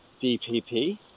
DPP